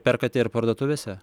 perkate ir parduotuvėse